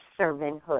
servanthood